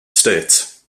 states